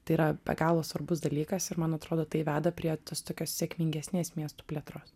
tai yra be galo svarbus dalykas ir man atrodo tai veda prie tos tokios sėkmingesnės miestų plėtros